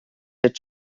its